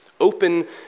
open